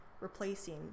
replacing